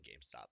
GameStop